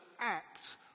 act